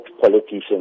politicians